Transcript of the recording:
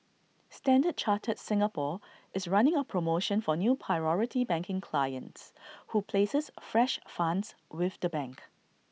standard chartered Singapore is running A promotion for new priority banking clients who places fresh funds with the bank